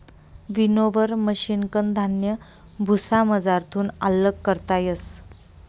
winnower मशिनकन धान्य भुसामझारथून आल्लग करता येस